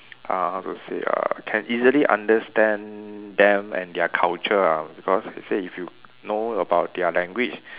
uh how to say uh can easily understand them and their culture ah because let's say if you know about their language